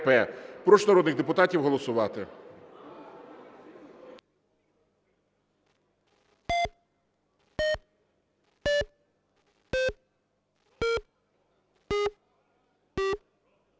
Прошу народних депутатів голосувати.